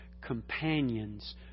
companions